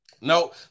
No